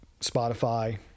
spotify